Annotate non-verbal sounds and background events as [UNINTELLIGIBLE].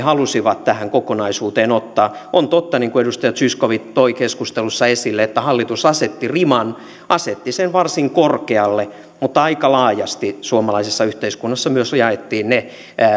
[UNINTELLIGIBLE] halusivat tähän kokonaisuuteen ottaa on totta niin kuin edustaja zyskowicz toi keskustelussa esille että hallitus asetti riman asetti sen varsin korkealle mutta aika laajasti suomalaisessa yhteiskunnassa myös jaettiin ne